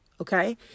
Okay